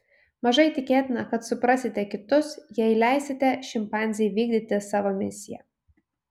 mažai tikėtina kad suprasite kitus jei leisite šimpanzei vykdyti savo misiją